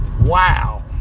Wow